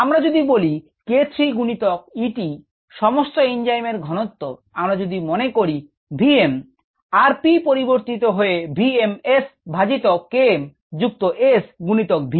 আমরা যদি বলি k 3 গুনিতক E t সমস্ত এঞ্জাইম এর ঘনত্ত আমরা যদি মনে করি vm r P পরিবর্তিত হয়ে v m S ভাজিতক Km যুক্ত S গুনিতক V